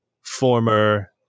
former